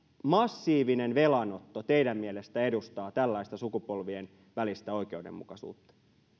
massiivinen velanotto teidän mielestänne edustaa tällaista sukupolvien välistä oikeudenmukaisuutta